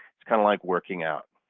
it's kind of like working out.